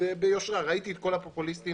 ראיתי את כל הפופוליסטים